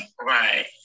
Right